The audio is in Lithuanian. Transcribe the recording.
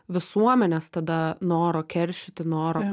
visuomenės tada noro keršyti noro